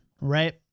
right